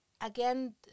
again